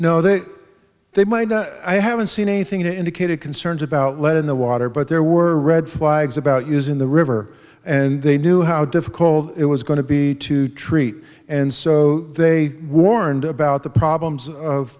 no there they might i haven't seen anything to indicate it concerns about lead in the water but there were red flags about using the river and they knew how difficult it was going to be to treat and so they warned about the problems of